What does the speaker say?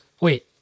Wait